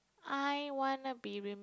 I wanna be re~